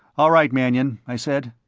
all right, mannion, i said.